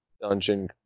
dungeon